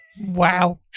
Wow